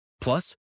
Plus